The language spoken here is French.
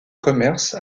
commerce